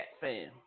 fan